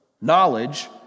knowledge